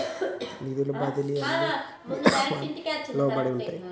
నిధుల బదిలీలు అన్ని ఏ నియామకానికి లోబడి ఉంటాయి?